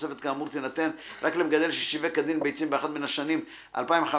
תוספת כאמור תינתן רק למגדל ששיווק כדין ביצים באחת מן השנים 2015,